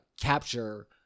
capture